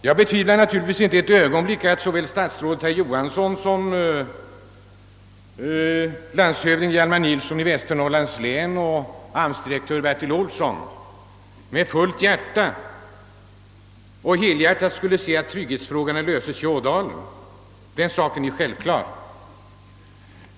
Jag betvivlar inte ett ögonblick att såväl statsrådet Johansson som landshövding Hjalmar Nilsson i Västernorrlands län och AMS-direktören Bertil Olsson helhjärtat önskar lösa dessa trygghetsproblem.